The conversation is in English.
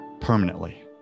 permanently